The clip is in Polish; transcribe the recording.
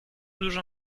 dużo